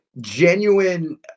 genuine